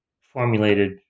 formulated